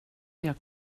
jag